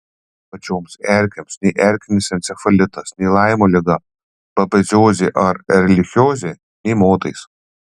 pačioms erkėms nei erkinis encefalitas nei laimo liga babeziozė ar erlichiozė nė motais